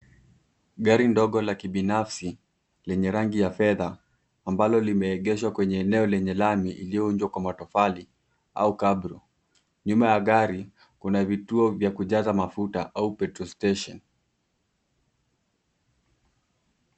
Gari ndogo la kibinafsi lenye rangi ya fedha, ambalo limeegeshwa kwenye eneo lenye lami iliyoundwa kwa matofali au cabro . Nyuma ya gari, kuna vituo vya kujaza mafuta au petrol station .